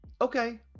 Okay